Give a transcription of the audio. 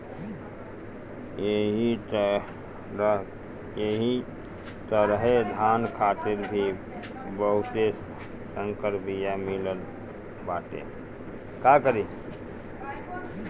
एही तरहे धान खातिर भी बहुते संकर बिया मिलत बाटे